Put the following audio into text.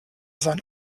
sein